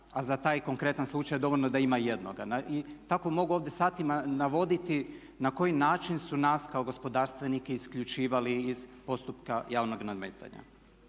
a za taj konkretan slučaj dovoljno je da ima jednoga. I tako mogu ovdje satima navoditi na koji način su nas kao gospodarstvenike isključivali iz postupka javnog nadmetanja.